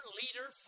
leader